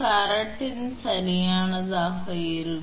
495 𝜇Fகட்டமாக இருக்கும்